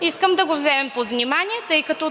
Искам да го вземем под внимание, тъй като